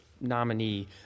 nominee